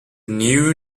new